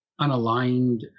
unaligned